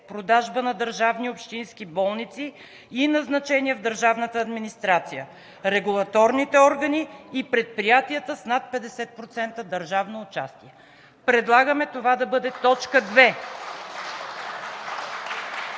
продажба на държавни общински болници и назначения в държавната администрация, регулаторните органи и предприятията с над 50% държавно участие.“ Предлагаме това да бъде т. 2